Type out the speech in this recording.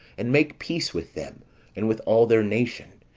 and make peace with them and with all their nation.